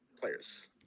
players